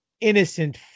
innocent